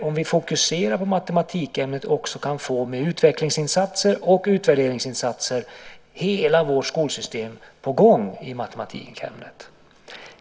Om vi fokuserar på matematikämnet och satsar på mer utvecklingsinsatser och utvärderingsinsatser kan hela vårt skolsystem komma i gång med matematik.